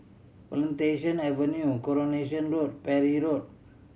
Plantation Avenue Coronation Road Parry Road